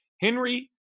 Henry